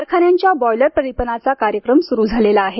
कारखान्यांच्या बॉयलर प्रदीपनाचा कार्यक्रम सुरू झालेला आहे